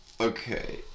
okay